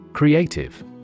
Creative